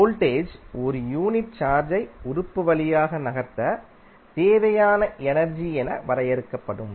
voltage ஒரு unit சார்ஜை உறுப்பு வழியாக நகர்த்த தேவையான எனர்ஜி என வரையறுக்கப்படும்